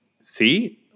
see